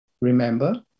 Remember